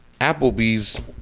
Applebee's